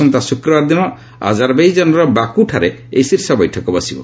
ଆସନ୍ତା ଶୁକ୍ରବାର ଦିନ ଆଜାରବେଇଜାନ୍ର ବାକୁଠାରେ ଏହି ଶୀର୍ଷ ବୈଠକ ବସିବ